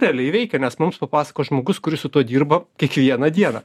realiai veikia nes mums papasakos žmogus kuris su tuo dirba kiekvieną dieną